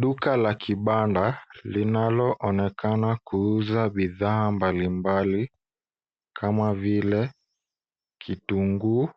Duka la kibanda linaloonekana kuuza bidhaa mbalimbali kama vile kitunguu,